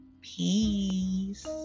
peace